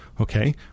Okay